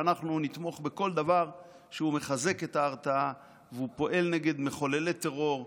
אנחנו נתמוך בכל דבר שמחזק את ההרתעה והוא פועל נגד מחוללי טרור.